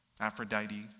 Aphrodite